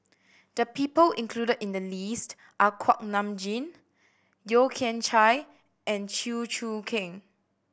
the people included in the list are Kuak Nam Jin Yeo Kian Chai and Chew Choo Keng